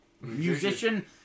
musician